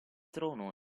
trono